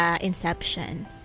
Inception